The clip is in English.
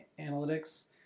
analytics